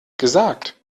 gesagt